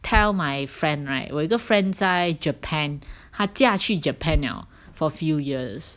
tell my friend right 我有一个 friend 在 Japan 她嫁去 Japan liao for a few years